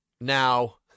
Now